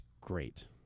great